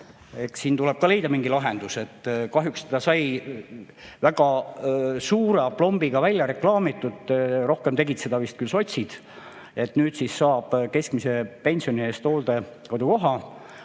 tuleb ka leida mingi lahendus. Kahjuks sai väga suure aplombiga välja reklaamitud – rohkem tegid seda vist küll sotsid –, et nüüd saab keskmise pensioni eest hooldekodukoha,